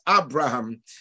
abraham